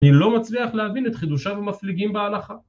אני לא מצליח להבין את חידושיו המפליגים בהלכה.